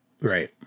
Right